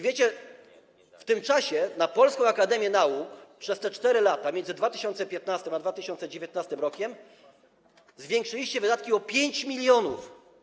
Wiecie, w tym czasie na Polską Akademię Nauk przez te 4 lata między 2015 r. a 2019 r. zwiększyliście wydatki o 5 mln.